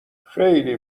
خیلی